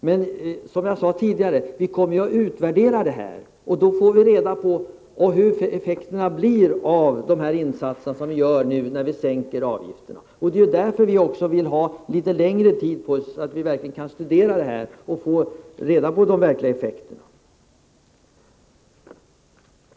Men som jag sade tidigare: Vi kommer att utvärdera det hela, och då får vi reda på effekterna av de insatser som görs, när vi sänker avgifterna. Det är därför vi också vill ha litet längre tid på oss, så att vi verkligen kan studera saken och få kännedom om de egentliga effekterna.